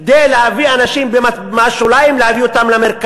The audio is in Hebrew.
כדי להביא אנשים מהשוליים למרכז.